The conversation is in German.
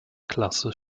klasse